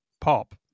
pop